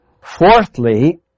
Fourthly